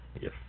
Yes